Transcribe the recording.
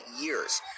years